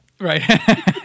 Right